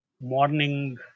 morning